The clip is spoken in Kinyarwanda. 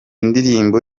ndirimbo